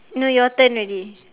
no your turn already